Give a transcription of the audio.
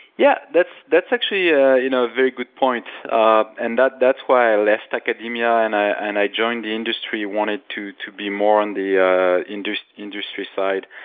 yeah, that's that's actually a you know very good point um and ah that's why i left academia and i and i joined the industry, wanted to to be more on the ah industry side.